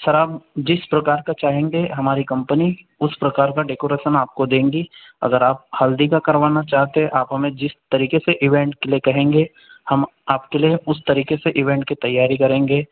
sir आप जिस प्रकार का चाहेंगे हमारी कम्पनी उस प्रकार का डेकोरेशन आपको देंगी अगर आप हल्दी का करवाना चाहते हैं आप हमें जिस तरीके से ईवेंट के लिए कहेंगे हम आपके लिए उस तरीके से ईवेंट की तैयारी करेंगे